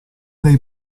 dei